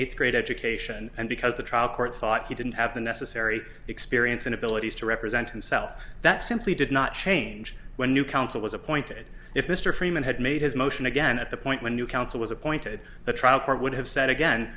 eighth grade education and because the trial court thought he didn't have the necessary experience and abilities to represent himself that simply did not change when new counsel was appointed if mr freeman had made his motion again and at the point when you counsel was appointed the trial court would